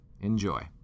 Enjoy